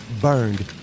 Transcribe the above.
burned